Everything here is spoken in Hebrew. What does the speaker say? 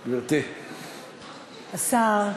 השר,